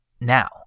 now